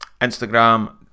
Instagram